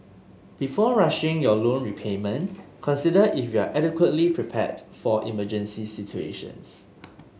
before rushing your loan repayment consider if you are adequately prepared for emergency situations